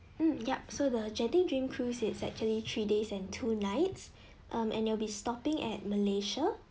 um yup so the genting dream cruise it's actually three days and two nights um and you'll be stopping at malaysia